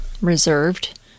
reserved